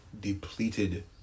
depleted